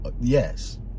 Yes